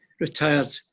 retired